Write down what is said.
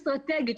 אסטרטגית,